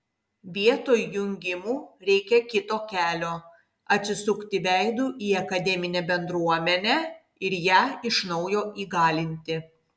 vietoj jungimų reikia kito kelio atsisukti veidu į akademinę bendruomenę ir ją iš naujo įgalinti